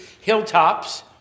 Hilltops